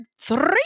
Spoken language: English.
three